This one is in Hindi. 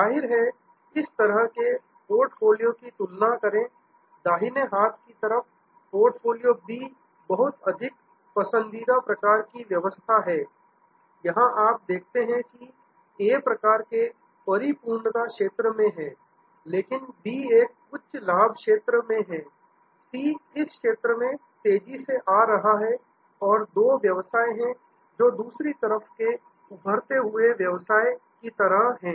जाहिर है इस तरह के पोर्टफोलियो की तुलना करें दाहिने हाथ की तरफ पोर्टफोलियो बी बहुत अधिक पसंदीदा प्रकार की व्यवस्था है यहां आप देखते हैं कि ए एक प्रकार के परिपूर्णता क्षेत्र में है लेकिन बी एक उच्च लाभ क्षेत्र में है सी इस क्षेत्र में तेजी से आ रहा है और दो व्यवसाय हैं जो दूसरी तरफ के उभरते हुए व्यवसाय की तरह हैं